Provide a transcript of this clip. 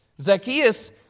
Zacchaeus